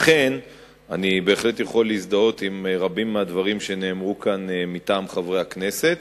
לכן אני בהחלט יכול להזדהות עם רבים מהדברים שאמרו כאן חברי הכנסת.